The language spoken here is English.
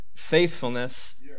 faithfulness